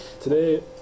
today